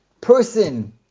person